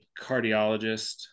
cardiologist